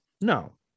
No